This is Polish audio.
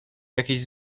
jakieś